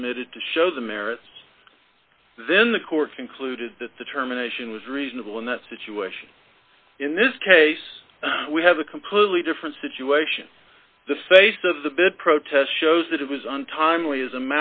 submitted to show the merits then the court concluded that the terminations was reasonable in that situation in this case we have a completely different situation the face of the big protest shows that it was untimely as a